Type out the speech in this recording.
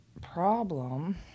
problem